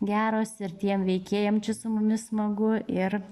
geros ir tiem veikėjam čia su mumis smagu ir